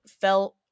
felt